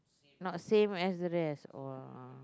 not same as the rest or